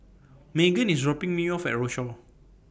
Meghann IS dropping Me off At Rochor